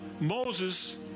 Moses